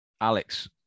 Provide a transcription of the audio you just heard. Alex